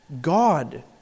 God